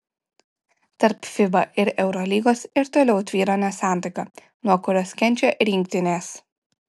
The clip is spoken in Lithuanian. tarp fiba ir eurolygos ir toliau tvyro nesantaika nuo kurios kenčia rinktinės